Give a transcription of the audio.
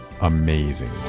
amazing